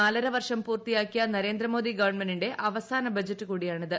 നാലര വർഷം പൂർത്തിയാക്കിയ നരേന്ദ്രമോദി ഗവൺമെന്റിന്റെ അവസാന ബജറ്റുകൂടിയാണിത്